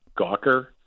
Gawker